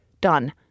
Done